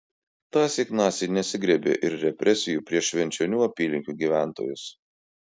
tąsyk naciai nesigriebė ir represijų prieš švenčionių apylinkių gyventojus